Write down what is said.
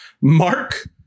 Mark